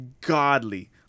godly